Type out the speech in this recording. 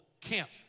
camp